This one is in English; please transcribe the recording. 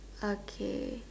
okay